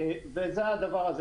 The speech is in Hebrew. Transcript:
וזה הדבר הזה.